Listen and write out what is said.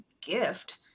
gift